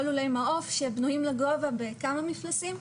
או לולי מעוף שהם בנויים לגובה בכמה מפלסים.